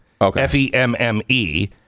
F-E-M-M-E